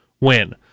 win